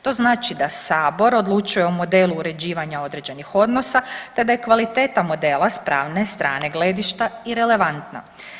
To znači da sabor odlučuje o modelu uređivanja određenih odnosa te da je kvaliteta modela s pravne strane gledišta irelevantna.